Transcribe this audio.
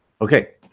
okay